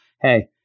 hey